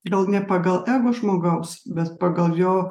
gal ne pagal ego žmogaus bet pagal jo